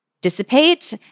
dissipate